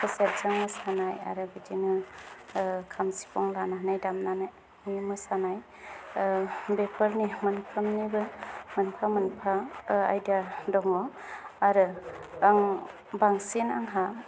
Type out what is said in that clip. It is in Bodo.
केसेटजों मोसानाय आरो बिदिनो खाम सिफुं दामनानै मोसानाय बेफोरनि मोनफ्रोमनिबो मोनफा मोनफा आयदा दङ आरो आं बांसिन आंहा